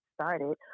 started